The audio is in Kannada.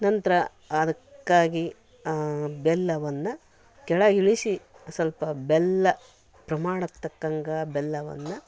ನಂತರ ಅದ್ಕಾಗಿ ಬೆಲ್ಲವನ್ನು ಕೆಳಗಿಳಿಸಿ ಸ್ವಲ್ಪ ಬೆಲ್ಲ ಪ್ರಮಾಣಕ್ಕೆ ತಕ್ಕಂಗೆ ಬೆಲ್ಲವನ್ನು